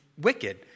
wicked